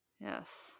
Yes